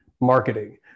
marketing